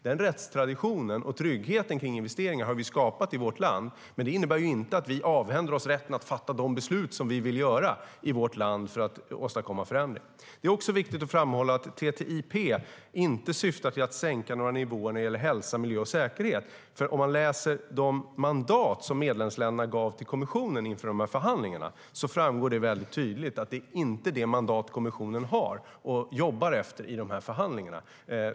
Denna rättstradition och trygghet kring investeringar har vi skapat i vårt land, men det innebär inte att vi avhänder oss rätten att fatta de beslut som vi vill göra i vårt land för att åstadkomma förändringar. Det andra som är viktigt att framhålla är att TTIP inte syftar till att sänka några nivåer när det gäller hälsa, miljö och säkerhet. Det framgår tydligt av de mandat som medlemsländerna gav till kommissionen att jobba efter inför förhandlingarna.